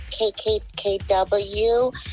KKKW